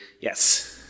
Yes